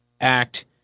Act